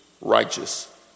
righteous